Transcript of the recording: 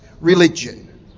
religion